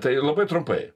tai labai trumpai